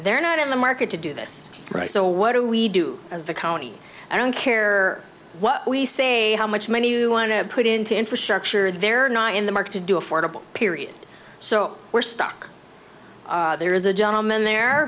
they're not in the market to do this right so what do we do as the county i don't care what we say how much money you want to put into infrastructure there are now in the market to do affordable period so we're stuck there is a gentleman there